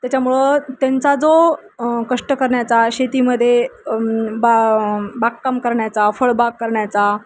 त्याच्यामुळं त्यांचा जो कष्ट करण्याचा शेतीमध्ये बा बागकाम करण्याचा फळबाग करण्याचा